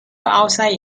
outside